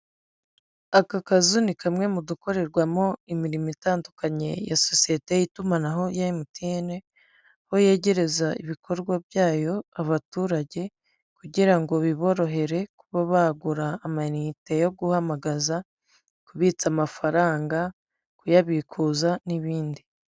Aka kazu ni kamwe mu dukorerwamo imirimo itandukanye ya sosiyete y'itumanaho ya Emutiyene, aho yegereza ibikorwa byayo abaturage kugira ngo biborohere kuba bagura amayinite yo guhamagaza, kubitsa amafaranga, kuyabikuza n'ibindi.